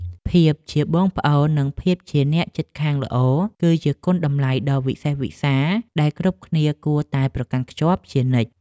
ភាពជាបងប្អូននិងភាពជាអ្នកជិតខាងល្អ គឺជាគុណតម្លៃដ៏វិសេសវិសាលដែលគ្រប់គ្នាគួរតែប្រកាន់ខ្ជាប់ជានិច្ច។